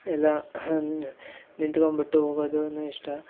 ಎಲ್ಲ ನ್ ನಿಂತ್ಕೊಂಡ್ಬಿಟ್ಟು ಹೋಗೋದೂ ಇಷ್ಟ